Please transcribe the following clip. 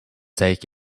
take